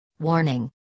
Warning